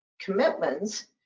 commitments